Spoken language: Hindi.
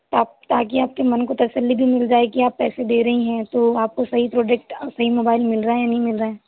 आप ताकि आपके मन को तसल्ली भी मिल जाए की आप पैसे दे रही हैं तो आपको सही प्रोडक्ट सही मोबाइल मिल रहा है या नहीं मिल रहा है